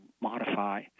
modify